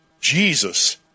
Jesus